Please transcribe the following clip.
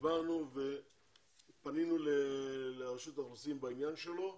דברנו ופנינו לרשות האוכלוסין בעניין שלו,